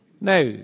Now